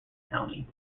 county